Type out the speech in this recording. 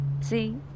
See